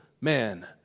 man